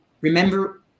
remember